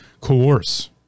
coerce